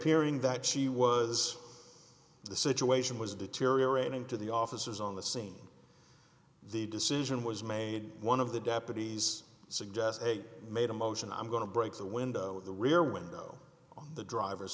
appearing that she was the situation was deteriorating to the officers on the scene the decision was made one of the deputies suggest they made a motion i'm going to break the window of the rear window on the driver's